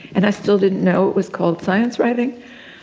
and i still didn't know it was called science writing.